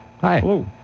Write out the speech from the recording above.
Hi